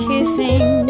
Kissing